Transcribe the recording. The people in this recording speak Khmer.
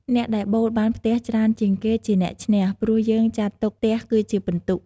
អ្នកដែលប៉ូលបានផ្ទះច្រើនជាងគេជាអ្នកឈ្នះ ព្រោះយើងចាត់ទុកផ្ទះគឺជាពិន្ទុ។